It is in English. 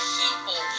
people